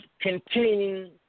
Containing